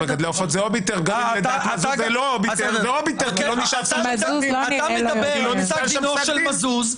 אבל מגדלי העופות זה אוביטר --- אתה מדבר על פסק דינו של מזוז,